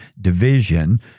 division